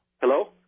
Hello